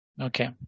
Okay